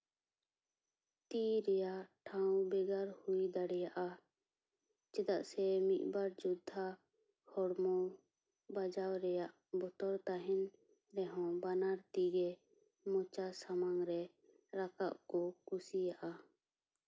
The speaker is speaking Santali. ᱛᱤ ᱨᱮᱭᱟᱜ ᱴᱷᱟᱶ ᱵᱷᱮᱜᱟᱨ ᱦᱩᱭ ᱫᱟᱲᱮᱭᱟᱜᱼᱟ ᱪᱮᱫᱟᱜ ᱥᱮ ᱢᱤᱫ ᱵᱟᱨ ᱡᱳᱫᱫᱷᱟ ᱦᱚᱲᱢᱚ ᱵᱟᱡᱟᱣ ᱨᱮᱭᱟᱜ ᱵᱚᱛᱚᱨ ᱛᱟᱦᱮᱱ ᱨᱮᱦᱚᱸ ᱵᱟᱱᱟᱨ ᱛᱤᱜᱮ ᱢᱚᱪᱟ ᱥᱟᱢᱟᱝ ᱨᱮ ᱨᱟᱠᱟᱯ ᱠᱚ ᱠᱩᱥᱤᱭᱟᱜᱼᱟ